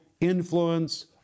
influence